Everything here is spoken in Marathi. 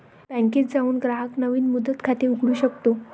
बँकेत जाऊन ग्राहक नवीन मुदत खाते उघडू शकतो